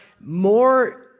more